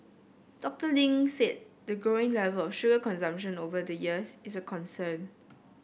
Doctor Ling said the growing level of sugar consumption over the years is a concern